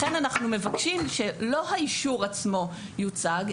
לכן אנחנו מבקשים שלא האישור עצמו יוצג,